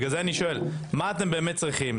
לכן, אני שואל: מה אתם באמת צריכים?